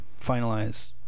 finalize